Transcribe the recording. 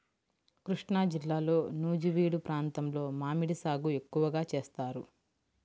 కృష్ణాజిల్లాలో నూజివీడు ప్రాంతంలో మామిడి సాగు ఎక్కువగా చేస్తారు